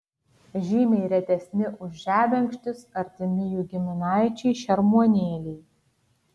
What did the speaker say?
žymiai retesni už žebenkštis artimi jų giminaičiai šermuonėliai